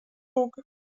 bóg